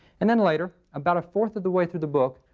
and then later, about a fourth of the way through the book,